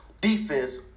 defense